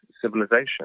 civilization